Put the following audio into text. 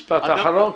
משפט אחרון.